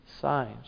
Signs